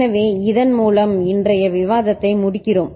எனவே இதன் மூலம் இன்றைய விவாதத்தை முடிக்கிறோம்